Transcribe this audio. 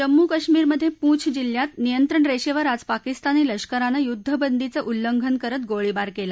जम्मू कश्मीरमधे पूछ जिल्ह्यात नियंत्रण रेषेवर आज पाकिस्तानी लष्करानं युद्धबंदीचं उल्लंघन करत गोळीबार केला